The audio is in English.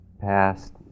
past